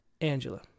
Angela